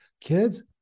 kids